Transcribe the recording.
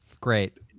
great